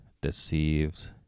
deceives